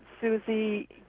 Susie